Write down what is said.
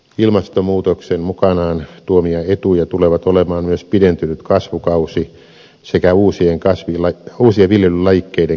ilmastonmuutoksen mukanaan tuomia etuja tulevat olemaan myös pidentynyt kasvukausi sekä uusien viljelylajikkeiden käyttöönottomahdollisuudet